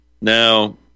Now